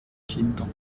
kinder